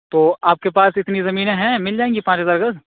تو آپ کے پاس اتنی زمینیں ہیں مل جائیں گی پانچ ہزار گز